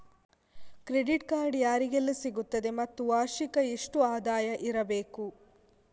Credit card ಯಾರಿಗೆಲ್ಲ ಸಿಗುತ್ತದೆ ಮತ್ತು ವಾರ್ಷಿಕ ಎಷ್ಟು ಆದಾಯ ಇರಬೇಕು?